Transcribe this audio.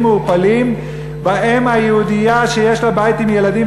מעורפלים באם היהודייה שיש לה בית עם ילדים,